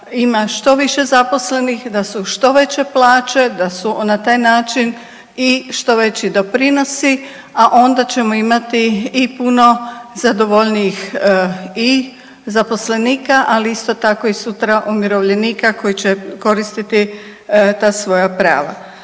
ima što više zaposlenih, da su što veće plaće, da su na taj način i što veći doprinosi, a onda ćemo imati i puno zadovoljnijih i zaposlenika ali isto tako i sutra umirovljenika koji će koristiti ta svoja prava.